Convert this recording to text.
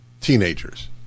teenagers